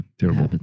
terrible